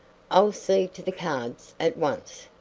i'll see to the cards at once,